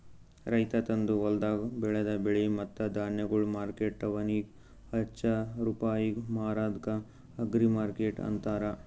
ರೈತ ತಂದು ಹೊಲ್ದಾಗ್ ಬೆಳದ ಬೆಳೆ ಮತ್ತ ಧಾನ್ಯಗೊಳ್ ಮಾರ್ಕೆಟ್ದವನಿಗ್ ಹಚ್ಚಾ ರೂಪಾಯಿಗ್ ಮಾರದ್ಕ ಅಗ್ರಿಮಾರ್ಕೆಟ್ ಅಂತಾರ